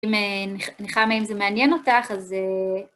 אם אה.. נחמה, אם זה מעניין אותך, אז...